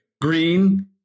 green